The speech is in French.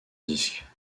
disque